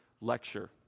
lecture